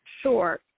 sure